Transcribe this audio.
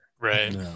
right